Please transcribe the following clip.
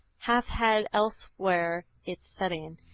hath had elsewhere its setting,